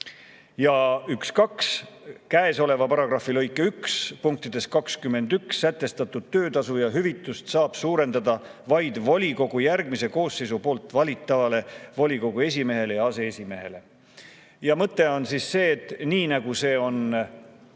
(12) Käesoleva paragrahvi lõike 1 punktides 21 sätestatud töötasu ja hüvitust saab suurendada vaid volikogu järgmise koosseisu poolt valitavale volikogu esimehele ja aseesimehele."Mõte on, et nii nagu see on